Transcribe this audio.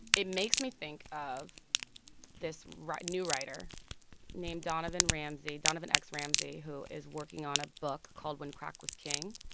it makes me think of this new writer named donovan ramsey donovan x. ramsey, who is working on a book called when crack was king.